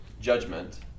judgment